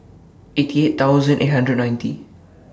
eighty eight eight hundred and ninety